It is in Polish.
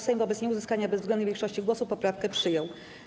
Sejm wobec nieuzyskania bezwzględnej większości głosów poprawkę przyjął.